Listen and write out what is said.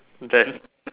there's